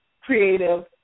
creative